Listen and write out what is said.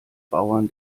bauern